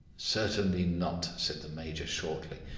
certainly not, said the major shortly.